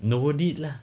not worth it lah